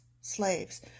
slaves